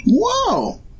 Whoa